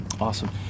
Awesome